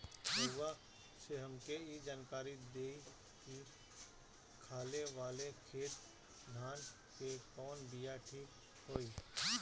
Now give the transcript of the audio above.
रउआ से हमके ई जानकारी देई की खाले वाले खेत धान के कवन बीया ठीक होई?